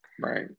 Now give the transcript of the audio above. right